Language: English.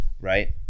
right